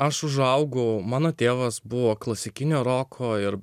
aš užaugau mano tėvas buvo klasikinio roko ir